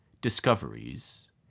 discoveries